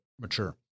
mature